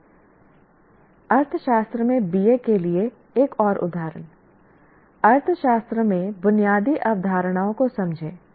अर्थशास्त्र में BA के लिए एक और उदाहरण अर्थशास्त्र में बुनियादी अवधारणाओं को समझें